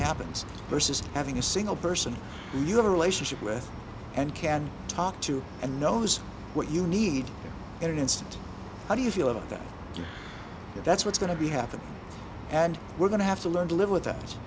happens versus having a single person who you have a relationship with and can talk to and knows what you need in an instant how do you feel about that if that's what's going to be happening and we're going to have to learn to live with that